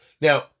Now